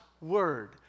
word